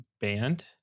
band